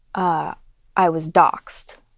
ah i was doxxed,